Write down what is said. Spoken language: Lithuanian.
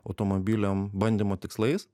automobiliam bandymo tikslais